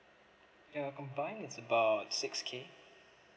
the combined is about six K